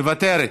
מוותרת,